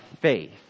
faith